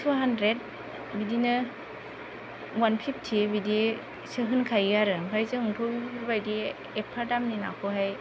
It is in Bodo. टु हान्द्रेद बिदिनो वान फिफ्टि बिदिसो होनखायो आरो ओमफ्राय जोंथ' इफोरबायदि एफा दामनि नाखौहाय